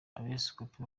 abepiskopi